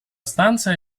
stanza